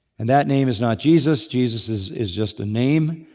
and that name is not jesus, jesus is is just a name,